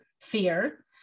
fear